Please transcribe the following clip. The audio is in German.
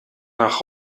nach